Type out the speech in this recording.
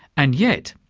and yet,